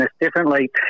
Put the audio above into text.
differently